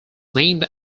named